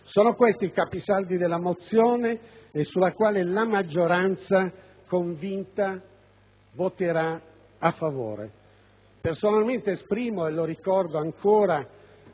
Sono questi i capisaldi della mozione sulla quale la maggioranza, convinta, voterà a favore. Personalmente esprimo, e lo ricordo ancora,